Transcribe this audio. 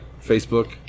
Facebook